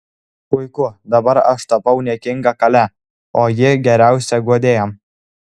puiku dabar aš tapau niekinga kale o ji geriausia guodėja